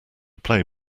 play